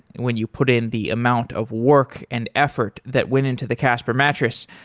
when you put in the amount of work and effort that went into the casper mattress,